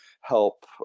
help